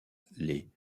les